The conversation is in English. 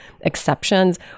exceptions